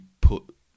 put